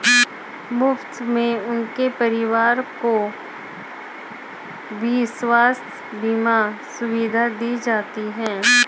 मुफ्त में उनके परिवार को भी स्वास्थ्य बीमा सुविधा दी जाती है